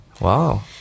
Wow